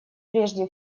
прежде